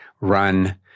run